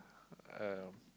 um